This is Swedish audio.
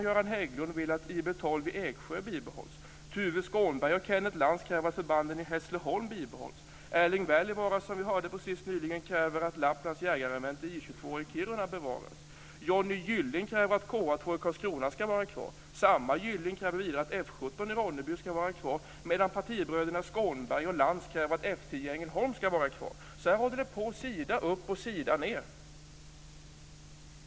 Erling Wälivaara, som vi nyss hörde, kräver att Lapplands jägarregemente I 22 i Karlskrona ska vara kvar. Samma Gylling kräver vidare att F 17 i Ronneby ska vara kvar. Medan partibröderna Skånberg och Lantz kräver att F 10 i Ängelholm ska vara kvar. Så här håller det på sida upp och sida ned.